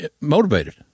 motivated